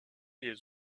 les